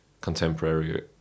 contemporary